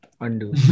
Undo